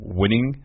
winning